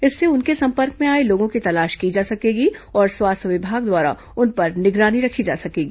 इससे उनके संपर्क में आए लोगों की तलाश की जा सकेगी और स्वास्थ्य विभाग द्वारा उन पर निगरानी रखी जा सकेगी